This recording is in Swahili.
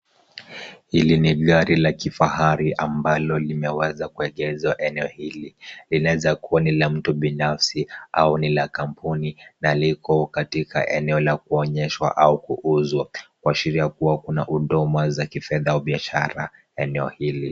Hili ni gari la kifahari ambalo limeweza kuegezwa eneo hili linaweza kuwa ni la mtu binafsi au ni la kampuni na liko katika eneo la kuonyeshwa au kuuzwa kuashiria kuwa kuna huduma za kifedha au biashara eneo hili.